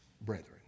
brethren